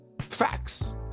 Facts